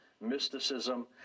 mysticism